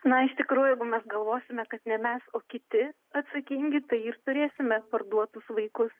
na iš tikrųjų jeigu mes galvosime kad ne mes o kiti atsakingi tai ir turėsime parduotus vaikus